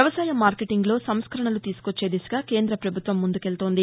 వ్యవసాయ మార్కెటింగ్లో సంస్కరణల తీసుకొచ్చే దిశగా కేంద్రప్రభుత్వం ముందుకెత్తోంది